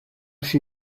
she